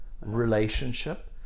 relationship